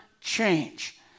change